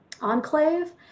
enclave